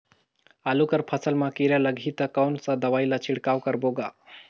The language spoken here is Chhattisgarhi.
आलू कर फसल मा कीरा लगही ता कौन सा दवाई ला छिड़काव करबो गा?